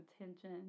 attention